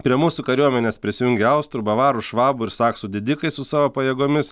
prie mūsų kariuomenės prisijungia austrų bavarų švabų ir saksų didikai su savo pajėgomis